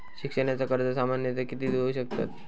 शिक्षणाचा कर्ज सामन्यता किती देऊ शकतत?